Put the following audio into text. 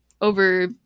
over